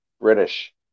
British